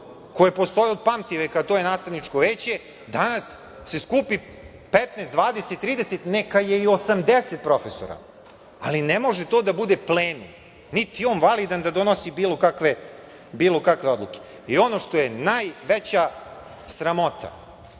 koje postoje od pamtiveka, a to je nastavničko veće, danas se skupi 15, 20, 30, neka je i 80 profesora, ali ne može to da bude plenum, niti je on validan da donosi bilo kakve odluke. Ono što je najveća sramota,